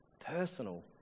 personal